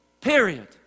Period